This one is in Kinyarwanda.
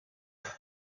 cyose